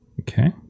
Okay